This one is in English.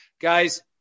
Guys